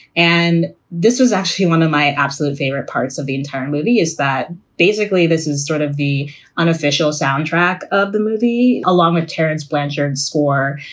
and this was actually one of my absolute favorite parts of the entire movie, is that basically this is sort of the unofficial soundtrack of the movie, along with terence blanchard score.